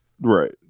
Right